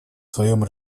своем